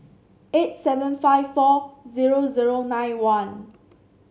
eight seven five four zero zero nine one